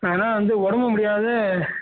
ஆனால் வந்து உடம்பு முடியாத